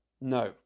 No